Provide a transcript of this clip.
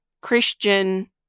Christian